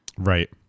Right